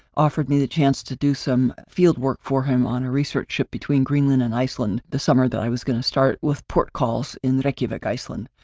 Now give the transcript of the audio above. offered me the chance to do some field work for him on a research trip between greenland and iceland, the summer that i was going to start with port calls in reykjavik, iceland.